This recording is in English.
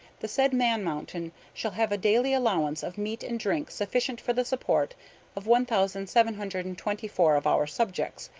the said man-mountain shall have a daily allowance of meat and drink sufficient for the support of one thousand seven hundred and twenty four of our subjects,